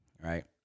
right